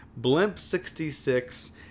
Blimp66